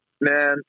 man